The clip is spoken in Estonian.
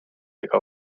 ega